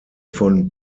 von